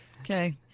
Okay